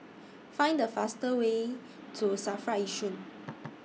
Find The faster Way to SAFRA Yishun